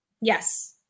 Yes